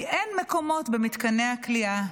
כי אין מקומות במתקני הכליאה.